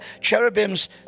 cherubims